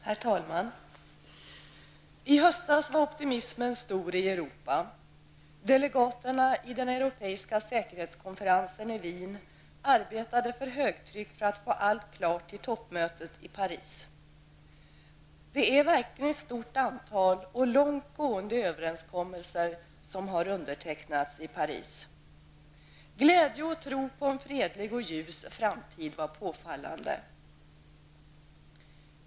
Herr talman! I höstas var optimismen stor i Europa. Delegaterna vid den europeiska säkerhetskonferensen i Wien arbetade för högtryck för att få allt klart till toppmötet i Paris. Det är verkligen ett stort antal och långt gående överenskommelser som undertecknades i Paris. Glädje och tro på en fredlig och ljus framtid var påfallande.